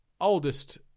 oldest